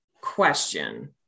question